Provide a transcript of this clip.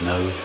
no